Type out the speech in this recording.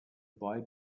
boy